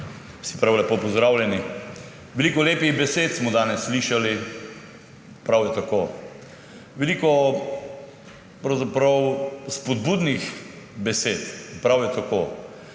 vsi prav lepo pozdravljeni! Veliko lepih besed smo danes slišali – prav je tako. Veliko pravzaprav spodbudnih besed – prav je tako.